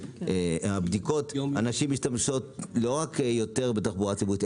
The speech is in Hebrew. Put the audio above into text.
והבדיקות הנשים משתמשות לא רק יותר בתחבורה ציבורית,